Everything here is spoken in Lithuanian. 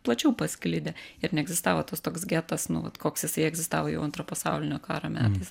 plačiau pasklidę ir neegzistavo tas toks getas nu vat koks jisai egzistavo jau antro pasaulinio karo metais